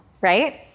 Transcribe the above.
right